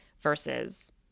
versus